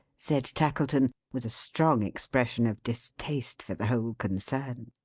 said tackleton, with a strong expression of distaste for the whole concern.